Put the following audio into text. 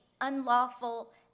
unlawful